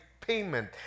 payment